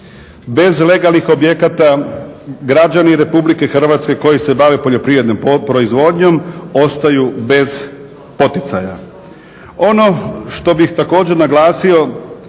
Bez legalnih objekata građani Republike Hrvatske koji se bave poljoprivrednom proizvodnjom ostaju bez poticaja. Ono što bih također naglasio